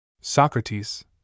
Socrates